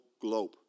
globe